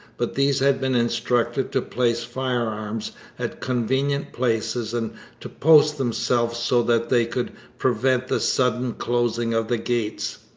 but these had been instructed to place firearms at convenient places and to post themselves so that they could prevent the sudden closing of the gates.